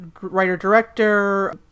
writer-director